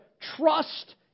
trust